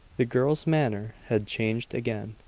the girl's manner had changed again.